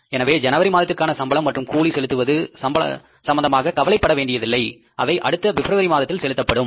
எனவே ஜனவரி மாதத்திற்கான சம்பளம் மற்றும் கூலி செலுத்துவது சம்பந்தமாக கவலைப்பட வேண்டியதில்லை அவை அடுத்த பிப்ரவரி மாதத்தில் செலுத்தப்படும்